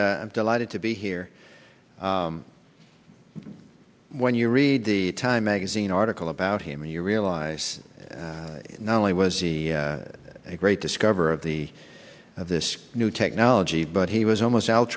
delighted to be here when you read the time magazine article about him and you realize not only was he a great discover of the of this new technology but he was almost al